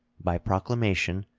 by proclamation,